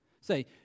say